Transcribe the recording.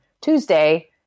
Tuesday